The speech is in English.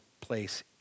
place